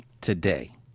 today